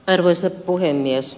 arvoisa puhemies